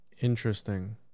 interesting